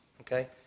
Okay